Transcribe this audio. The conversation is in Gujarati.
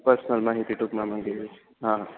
પર્સનલ માહિતી ટૂંકમાં માગી હોય હા